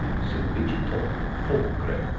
subigitoque pulchre.